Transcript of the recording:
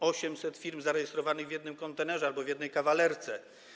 800 firm było zarejestrowanych w jednym kontenerze albo w jednej kawalerce.